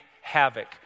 havoc